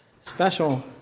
special